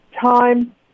time